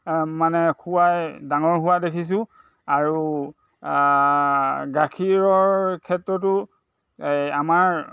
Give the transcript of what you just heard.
মানে খুৱাই ডাঙৰ হোৱা দেখিছোঁ আৰু গাখীৰৰ ক্ষেত্ৰতো আমাৰ